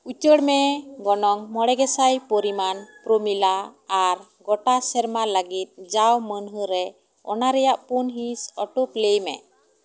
ᱩᱪᱟ ᱲ ᱢᱮ ᱜᱚᱱᱚᱝ ᱢᱚᱬᱮ ᱜᱮᱥᱟᱭ ᱯᱚᱨᱤᱢᱟᱱ ᱯᱨᱚᱢᱤᱞᱟ ᱟᱨ ᱜᱚᱴᱟ ᱥᱮᱨᱢᱟ ᱞᱟ ᱜᱤᱫ ᱡᱟᱣ ᱢᱟ ᱱᱦᱟ ᱨᱮ ᱚᱱᱟᱨᱮᱭᱟᱜ ᱯᱩᱱ ᱦᱤᱸᱥ ᱚᱴᱚᱠ ᱞᱟᱹᱭ ᱢᱮ